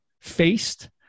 faced